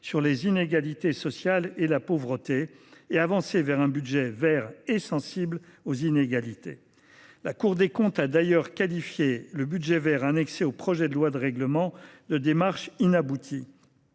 sur les inégalités sociales et la pauvreté » et avancer vers un budget vert et sensible aux inégalités. La Cour des comptes a d’ailleurs qualifié le budget vert annexé au projet de loi de règlement de « démarche inaboutie